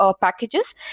packages